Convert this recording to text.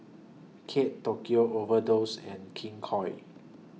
Kate Tokyo Overdose and King Koil